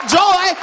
joy